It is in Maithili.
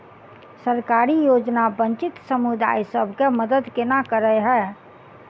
सरकारी योजना वंचित समुदाय सब केँ मदद केना करे है?